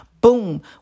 boom